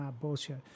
bullshit